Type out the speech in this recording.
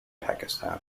pakistan